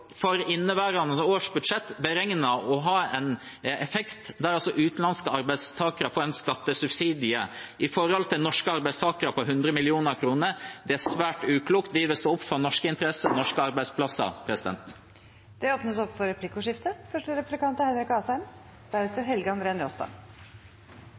for inneværende års budsjett beregnet å ha den effekten at utenlandske arbeidstakere får en skattesubsidie i forhold til norske arbeidstakere på 100 mill. kr. Det er svært uklokt. Vi vil stå opp for norske interesser og norske arbeidsplasser. Det blir replikkordskifte. Det er